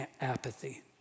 apathy